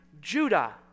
Judah